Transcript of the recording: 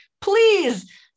please